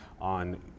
on